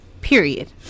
Period